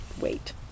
wait